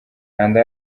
kanda